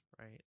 right